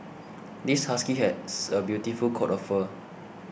this husky has a beautiful coat of fur